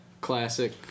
classic